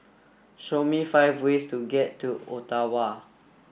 show me five ways to get to Ottawa